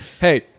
hey